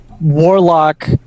Warlock